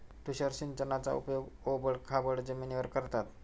तुषार सिंचनाचा उपयोग ओबड खाबड जमिनीवर करतात